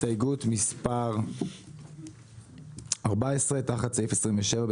הסתייגות 14 תחת סעיף 27,